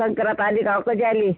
संक्रात आली का हो कधी आली